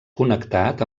connectat